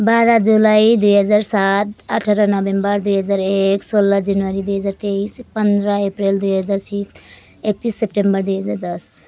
बाह्र जुलाई दुई हजार सात अठार नोभेम्बर दुई हजार एक सोह्र जनवरी दुई हजार तेइस पन्ध्र एप्रिल दुई हजार सिक्स एक्तिस सेप्टेम्बर दुई हजार दस